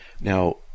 Now